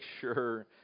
sure